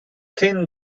thin